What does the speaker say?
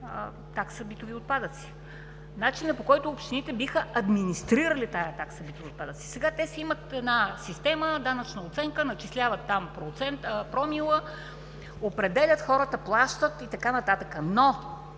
такса битови отпадъци, начина по който общините биха администрирали тази такса битови отпадъци. Сега те си имат една система – данъчна оценка, начисляват там промила, определят, хората плащат и така нататък, но